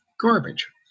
Garbage